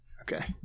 okay